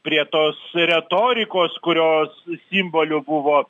prie tos retorikos kurios simboliu buvo